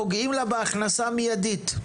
פוגעים לה בהכנסה המיידית.